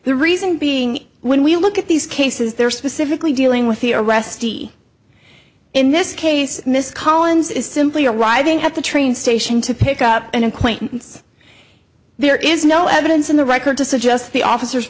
the reason being when we look at these cases they're specifically dealing with the arrestee in this case miss collins is simply arriving at the train station to pick up an acquaintance there is no evidence in the record to suggest the officers